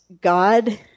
God